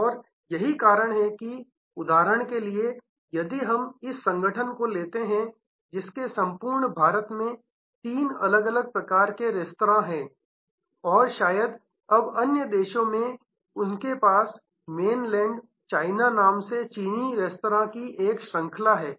और यही कारण है कि उदाहरण के लिए यदि हम इस संगठन को लेते हैं जिसके संपूर्ण भारत में तीन अलग अलग प्रकार के रेस्तरां हैं और शायद अब अन्य देशों में उनके पास मैनलैंड चाइना नाम से चीनी रेस्तरां की एक श्रृंखला है